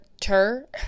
Tur